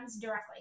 directly